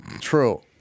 True